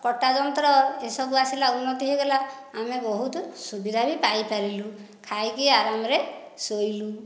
କଟା ଯନ୍ତ୍ର ଏସବୁ ଆସିଲା ଉନ୍ନତି ହୋଇଗଲା ଆମେ ବହୁତ ସୁଵିଧା ବି ପାଇପାରିଲୁ ଖାଇକି ଆରାମରେ ଶୋଇଲୁ